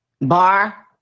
Bar